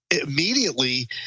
immediately